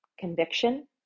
Conviction